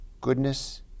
goodness